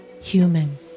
human